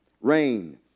rain